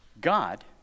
God